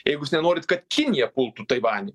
jeigu jūs nenorit kad kinija pultų taivanį